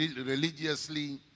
religiously